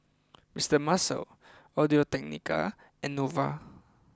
Mr Muscle Audio Technica and Nova